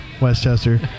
Westchester